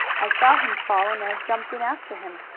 i saw him fall and jumped in after him.